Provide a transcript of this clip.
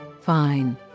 fine